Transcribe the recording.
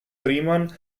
freeman